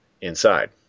inside